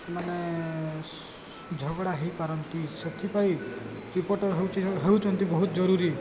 ମାନେ ଝଗଡ଼ା ହୋଇପାରନ୍ତି ସେଥିପାଇଁ ରିପୋର୍ଟର୍ ହେଉଛନ୍ତି ବହୁତ ଜରୁରୀ